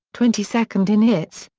twenty-second in hits,